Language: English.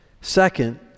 Second